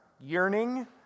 yearning